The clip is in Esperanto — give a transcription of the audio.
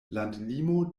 landlimo